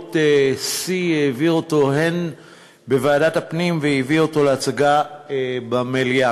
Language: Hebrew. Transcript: במהירות שיא בוועדת הפנים והביא אותו להצגה במליאה,